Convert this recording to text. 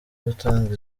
gutanga